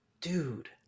dude